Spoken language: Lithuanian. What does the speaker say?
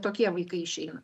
tokie vaikai išeina